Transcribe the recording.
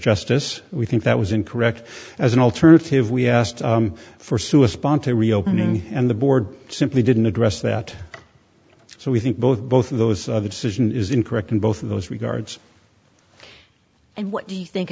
justice we think that was incorrect as an alternative we asked for sue a sponsor reopening and the board simply didn't address that so we think both both of those other decision is incorrect in both of those regards and what do you think